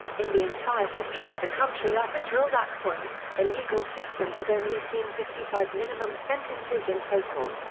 in the entire history of the country up until that point, the legal system had only seen fifty five minimum sentences in total.